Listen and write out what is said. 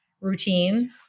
routine